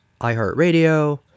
iHeartRadio